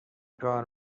کار